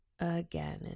Again